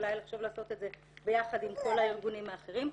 אולי לחשוב לעשות את זה ביחד עם כל הארגונים האחרים,